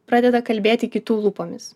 pradeda kalbėti kitų lūpomis